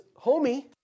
homie